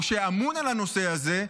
או שאמון על הנושא הזה.